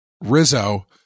Rizzo